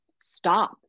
stop